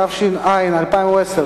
התש"ע 2010,